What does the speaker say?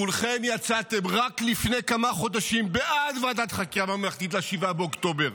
כולכם יצאתם רק לפני כמה חודשים בעד ועדת חקירה ממלכתית ל-7 באוקטובר.